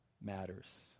matters